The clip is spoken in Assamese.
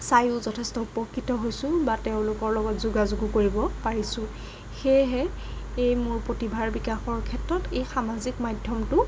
চাইও যথেষ্ট উপকৃত হৈছোঁ বা তেওঁলোকৰ লগত যোগাযোগো কৰিব পাৰিছোঁ সেয়েহে এই মোৰ প্ৰতিভাৰ বিকাশৰ ক্ষেত্ৰত এই সামাজিক মাধ্যমটো